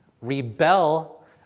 rebel